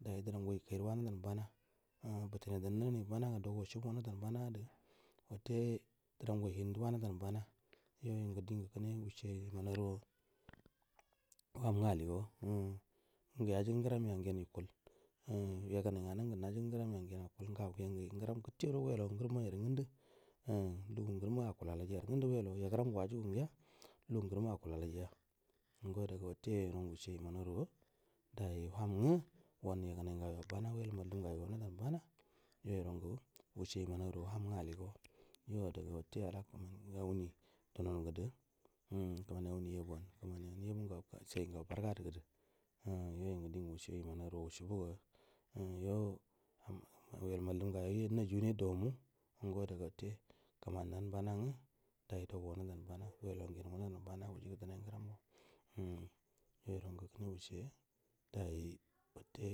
Dai duran go yikairu wa na dan bana umm butune dan nan ani bana ga dau go wushi bu wuna dan bana du watte duran go hindu lvana dan bana yoi ngu chingu kune wucce iman aru wa waham nga allliga wa umm ngu yaji gu aguram ja ngen ikut umm ye gu nai ng ana nga ya ji gu ngu ra ja ngen akul nngau ngen nngu ngurum gutte do uis lau wa ngurumma yaru ngun du umm luga ngurum ma aku la lai jaru ngandu wel au wa ye guram ngu waju gun ngiya lugu ngurum ma akulalai ja ngo ada ga watte yoi ron gu wucce iman aruwa dai woham nga wan ye gu nai ngau yo go bana wela mallum ngau yo go wuna dan bana yoi ron gu wucce iman aru wa waham ngu alli gau way o ada ga watte ala kmani au ni yabu wan kmani anyabu ngau kuwa sai ngoo bargadu gudu umm yoi ngu dingu wushe iman aruwa wushi bag u a umm yo umm. Mallum yon a j unai ddau ula mu ngu goda ga wutte kman nan bana nga daud au go wana da bana uu lau wan gen una dan bana wusa ja danai nguram ma umm yoiro ngu kuna wucce dai wutte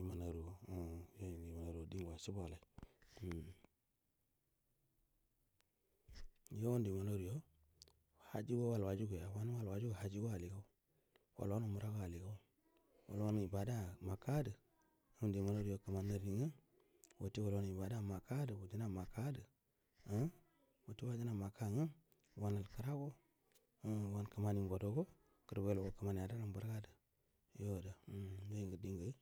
iman aru wa um ya nnga iman aro wa din gu waci bu wa lai umm yo nngudu iman aru yo hajji go wai waja gaya ga wanu wal wa ja gu hakki go alli gau wal wan umara ga alli gau wal won ibada makka du ngu ndu iman aruyo kman nari ni ngu watte wal wan ibada makka du wuni na makkadu umm watte wadina makka ngu wanal kra go umm wan kmau ngo do go gudu w uku wa kmani anar dan bargadu yo ada acungel din ga.